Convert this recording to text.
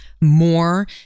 more